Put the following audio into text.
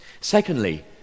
Secondly